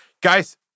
Guys